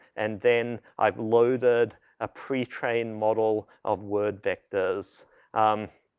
and then i've loaded a pre-trained model of word vectors um,